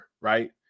Right